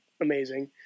amazing